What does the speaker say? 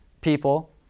people